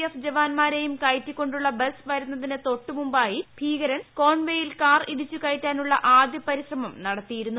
F ജവാൻമാരേയും കയറ്റികൊണ്ടുള്ള bus വരുന്നതിന് തൊട്ടുമുമ്പായി ഭീകരൻ കോൺവേയിൽ കാർ ഇടിച്ച് കയറ്റാനുള്ള ആദ്യ പരിശ്രമം നടത്തിയിരുന്നു